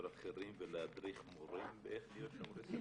אחרים ולהדריך מורים איך להיות שומרי סף?